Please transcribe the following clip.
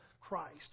Christ